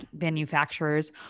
manufacturers